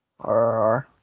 RRR